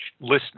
listening